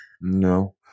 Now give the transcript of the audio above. No